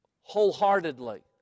wholeheartedly